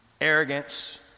Arrogance